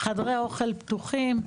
חדרי אוכל פתוחים,